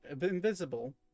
Invisible